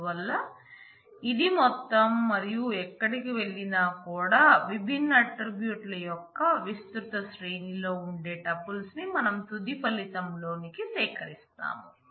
అందువల్ల ఇది మొత్తం మరియు ఎక్కడకు వెళ్లినా కూడా విభిన్న ఆట్రిబ్యూట్ల యొక్క విస్త్రృత శ్రేణిలో ఉండే టూపుల్స్ ని మనం తుది ఫలితంలోనికి సేకరిస్తాం